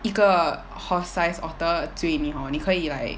一个 horse-sized otter 追你 hor 你可以 like